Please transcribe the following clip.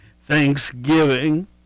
Thanksgiving